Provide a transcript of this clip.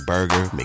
Burger